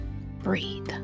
breathe